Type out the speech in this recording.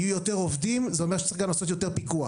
יהיו יותר עובדים זה אומר שצריך גם לעשות יותר פיקוח.